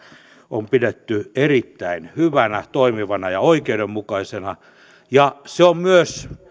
on pidetty erittäin hyvänä toimivana ja oikeudenmukaisena se on myös